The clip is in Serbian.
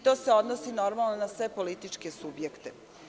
To se odnosi na sve političke subjekte.